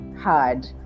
Hard